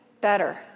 better